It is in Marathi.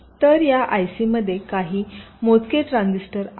तर या आयसीमध्ये काही मोजके ट्रान्झिस्टर आहेत